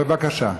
בבקשה.